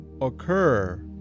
occur